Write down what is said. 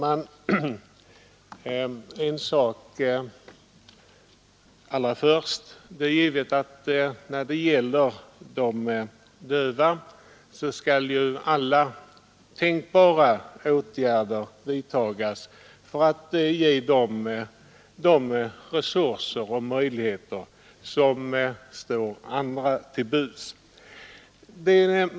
Herr talman! Alla tänkbara åtgärder skall naturligtvis vidtas för att ge de döva de resurser och möjligheter som står andra till buds.